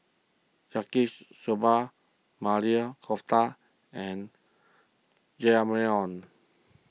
Yaki Soba Maili Kofta and Jajangmyeon